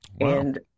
and-